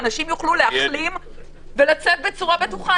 אנשים יוכלו להחלים ולצאת בצורה בטוחה.